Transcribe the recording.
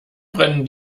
brennen